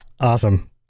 Awesome